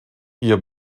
ihr